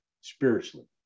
spiritually